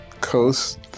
coast